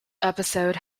episode